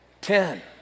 Ten